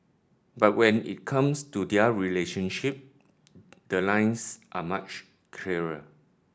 but when it comes to their relationship the lines are much clearer